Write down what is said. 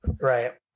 right